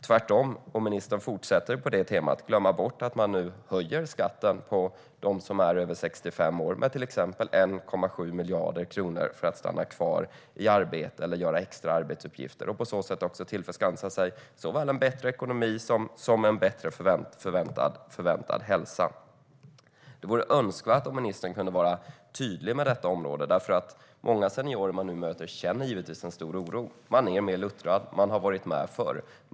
Tvärtom fortsätter ministern på detta tema och glömmer att man höjer skatten med 1,7 miljarder för dem över 65 år som stannar kvar i arbete eller gör extra arbetsuppgifter för att tillförskansa sig bättre ekonomi och bättre hälsa. Det är önskvärt att ministern är tydlig på detta område, för många seniorer jag möter känner stor oro. Men de är också luttrade och har varit med förr.